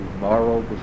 moral